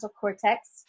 cortex